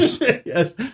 yes